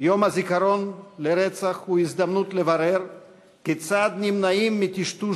יום הזיכרון הזה הוא הזדמנות לברר כיצד נמנעים מטשטוש